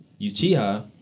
Uchiha